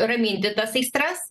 raminti tas aistras